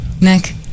Nick